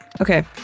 Okay